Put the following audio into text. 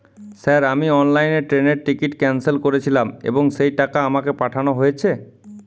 Sir আমি অনলাইনে ট্রেনের টিকিট ক্যানসেল করেছিলাম এবং সেই টাকা আমাকে পাঠানো হয়েছে?